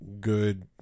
good